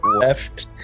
left